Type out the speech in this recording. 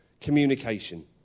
communication